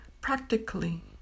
practically